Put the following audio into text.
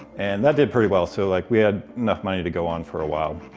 and that did pretty well. so like we had enough money to go on for awhile.